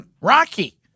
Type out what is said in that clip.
Rocky